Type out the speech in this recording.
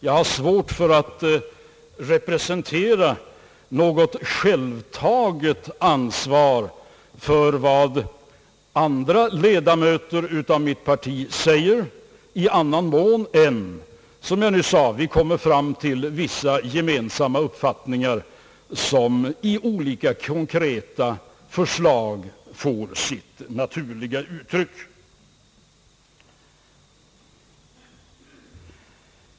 Jag har svårt att representera något självtaget ansvar för vad andra ledamöter av mitt parti säger — i annan mån än att vi, som jag nyss sade, kommer fram till vissa gemensamma uppfattningar som får sitt naturliga uttryck i olika, konkreta förslag.